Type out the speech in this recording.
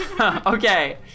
Okay